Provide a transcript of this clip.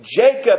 Jacob